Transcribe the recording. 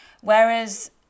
Whereas